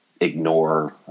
ignore